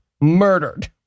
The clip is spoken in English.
murdered